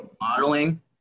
modeling